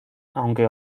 aunque